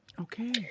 Okay